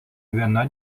viena